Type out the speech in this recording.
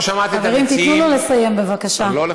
חברים, תנו לו לסיים בבקשה.